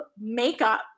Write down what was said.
makeup